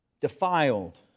Defiled